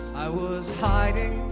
i was hiding